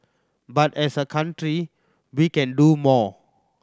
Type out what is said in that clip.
but as a country we can do more